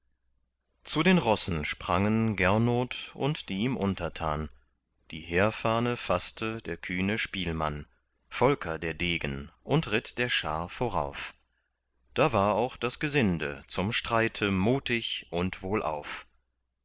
zu den rossen sprangen gernot und die ihm untertan die heerfahne faßte der kühne spielmann volker der degen und ritt der schar vorauf da war auch das gesinde zum streite mutig und wohlauf